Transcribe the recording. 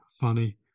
funny